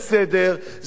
זה בסדר,